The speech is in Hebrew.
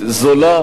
זולה,